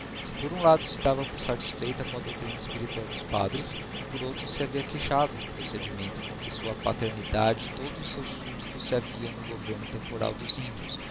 se por um lado se dava por satisfeita com a doutrina espiritual dos padres por outro se havia queixado do procedimento com que sua paternidade e todos os seus suhditos se haviam no governo temporal dos índios